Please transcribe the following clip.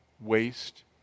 waste